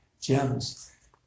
gems